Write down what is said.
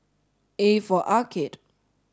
A for Arcade